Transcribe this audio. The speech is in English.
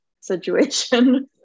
situation